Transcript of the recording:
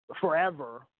forever